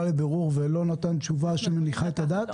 לבירור ולא נתן תשובה שמניחה את הדעת?